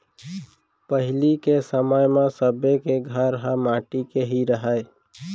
पहिली के समय म सब्बे के घर ह माटी के ही रहय